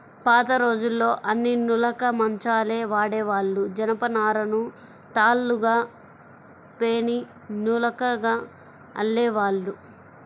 పాతరోజుల్లో అన్నీ నులక మంచాలే వాడేవాళ్ళు, జనపనారను తాళ్ళుగా పేని నులకగా అల్లేవాళ్ళు